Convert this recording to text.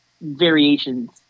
Variations